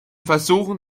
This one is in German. versuchen